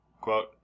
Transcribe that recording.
quote